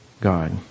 god